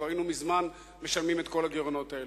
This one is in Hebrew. כבר היינו מזמן משלמים את כל הגירעונות אלה.